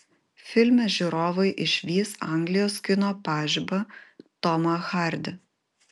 filme žiūrovai išvys anglijos kino pažibą tomą hardy